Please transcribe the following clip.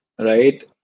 right